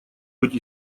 быть